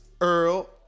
Earl